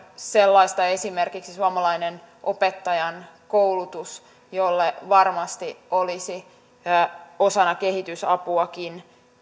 sellaista esimerkiksi suomalainen opettajankoulutus jolle varmasti olisi osana kehitysapuakin